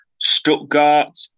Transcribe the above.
Stuttgart